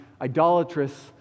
idolatrous